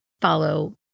follow